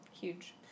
Huge